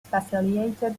facilitated